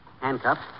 handcuffs